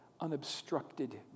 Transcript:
unobstructed